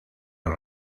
los